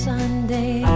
Sunday